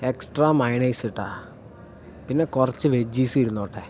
extra mayonnaise കെട്ടോ പിന്നെ കൊറച്ചു വെജ്ജീസ് ഇരുന്നോട്ടെ